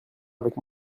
avec